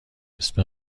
اسم